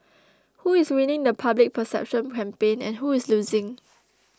who is winning the public perception campaign and who is losing